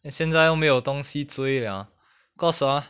then 现在都没有东西追 liao cause ah